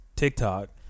TikTok